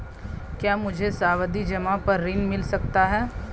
क्या मुझे सावधि जमा पर ऋण मिल सकता है?